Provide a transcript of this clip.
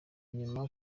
inyuma